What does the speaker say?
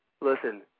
Listen